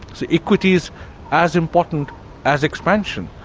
so equity is as important as expansion,